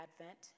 Advent